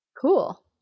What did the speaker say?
Cool